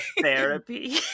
therapy